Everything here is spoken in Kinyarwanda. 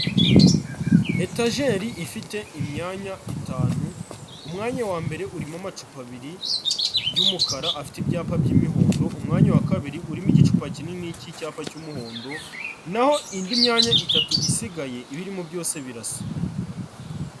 Etajeri ifite imyanya itanu, umwanya wa mbere urimo amacupa abiri y'umukara afite ibyapa by'imihondo, umwanya wa kabiri urimo igicupa kinini cy'icyapa cy'umuhondo, naho indi myanya itatu isigaye ibirimo byose birasa.